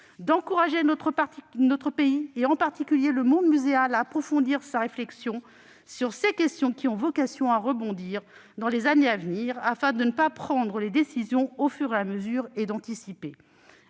d'encourager notre pays et, en particulier, le monde muséal à approfondir sa réflexion sur ces questions qui ont vocation à rebondir dans les années à venir, afin de ne pas prendre les décisions au fur et à mesure, et d'anticiper